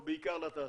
או בעיקר לתעשייה.